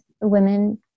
women